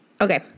Okay